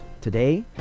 Today